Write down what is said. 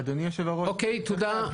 אוקיי, תודה.